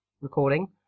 recording